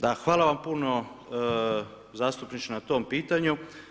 Da, hvala vam puno zastupniče na tom pitanju.